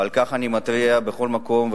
ועל כך אני מתריע בכל מקום.